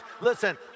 Listen